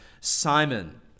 Simon